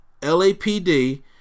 LAPD